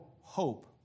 hope